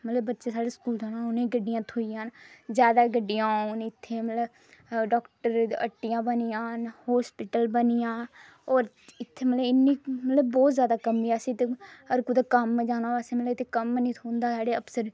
मतलब बच्चें साढ़े स्कूल जाना होऐ उ'नेंगी गड्डियां थ्होई जाना ज्यादा गड्डियां होन इत्थै मतलब डॉक्टर हट्टियां बनी जाह्न हास्पिटल बनी जा और इत्थै मतलब इन्नी मतलब बहुत ज्यादा कमी ऐ असें ते अगर कुतै कम्म जाना होऐ मतलब इत्थै कम्म नी थ्होंदा साढ़े